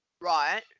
Right